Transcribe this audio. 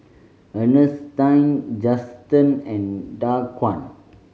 Ernestine Juston and Daquan